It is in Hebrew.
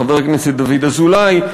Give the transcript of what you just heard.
חבר הכנסת דוד אזולאי,